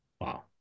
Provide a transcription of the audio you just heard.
Wow